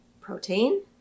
protein